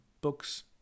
books